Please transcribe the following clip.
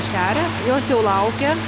šeria jos jau laukia